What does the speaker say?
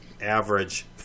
average